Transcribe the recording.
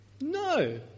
No